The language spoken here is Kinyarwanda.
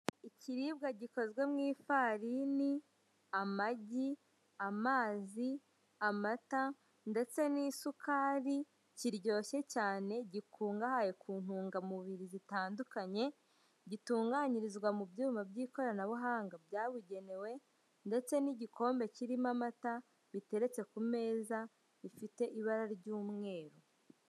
Ikiribwa gikoze mu ifarini, amagi, amazi, amata ndetse n'isukari, kiryoshye cyane, gikungahaye ku ntungamubiri zitandukanye, gitunganyirizwa mu byuma by'ikoranabuhanga byabugenewe ndetse n'igikombe kirimo amata, biteretse ku meza, bifite ibara ry'umweru.